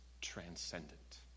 transcendent